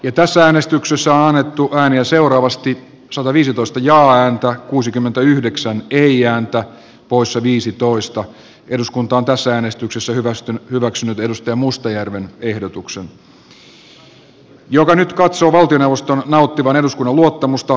eduskunta toteaa että hallitus sitoo suomen yhteisiin talousvastuisiin euroalueen kriisin hoidossa aiheuttaen valtiontalouden tilan heikkenemisen ja riskien hallitsemattoman kasvun sekä tukea saavassa maassa pienituloisten kansalaisten epäoikeudenmukaisen kohtelun eikä nauti eduskunnan luottamusta